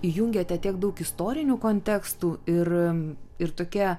įjungiate tiek daug istorinių kontekstų ir ir tokie